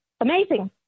amazing